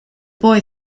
boy